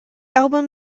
album